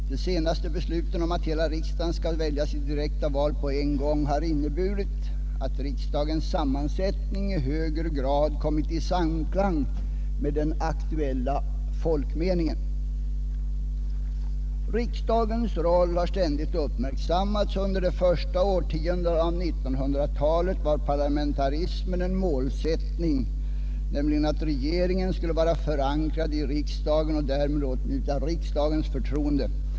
De senaste besluten om att hela riksdagen skall väljas i direkta val på en gång har inneburit att riksdagens sammansättning i högre grad kommit i samklang med den aktuella folkmeningen. Riksdagens roll har ständigt uppmärksammats. Under de första årtiondena av 1900-talet var parlamentarismen en målsättning, nämligen att regeringen skulle vara förankrad i riksdagen och därmed åtnjuta riksdagens förtroende.